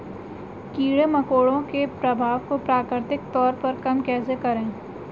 कीड़े मकोड़ों के प्रभाव को प्राकृतिक तौर पर कम कैसे करें?